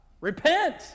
Repent